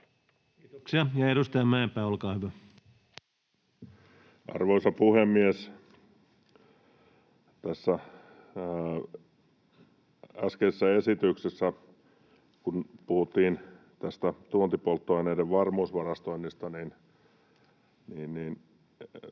muuttamisesta Time: 18:39 Content: Arvoisa puhemies! Tässä äskeisessä esityksessä kun puhuttiin tästä tuontipolttoaineiden varmuusvarastoinnista, siinä